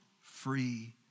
free